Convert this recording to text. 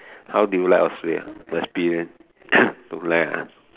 how do you like Australia experience don't like ah